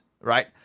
Right